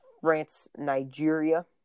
France-Nigeria